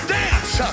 dance